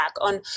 on